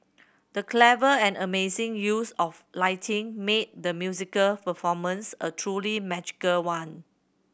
the clever and amazing use of lighting made the musical performance a truly magical one